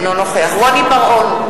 אינו נוכח רוני בר-און,